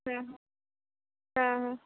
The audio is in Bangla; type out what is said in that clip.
হ্যাঁ হ্যাঁ হ্যাঁ হ্যাঁ